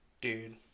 Dude